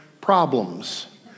problems